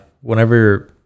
whenever